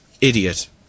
idiot